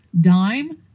dime